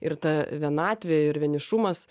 ir ta vienatvė ir vienišumas